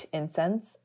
incense